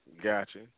Gotcha